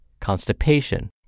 constipation